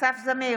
אסף זמיר,